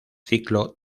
ciclo